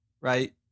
right